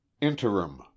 interim